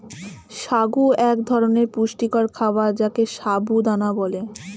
সাগু এক ধরনের পুষ্টিকর খাবার যাকে সাবু দানা বলে